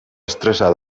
estresa